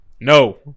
No